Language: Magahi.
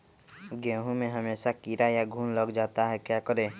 गेंहू में हमेसा कीड़ा या घुन लग जाता है क्या करें?